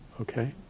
Okay